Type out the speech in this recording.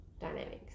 dynamics